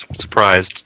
surprised